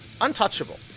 untouchable